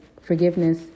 forgiveness